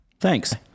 thanks